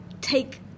take